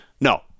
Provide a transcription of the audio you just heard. no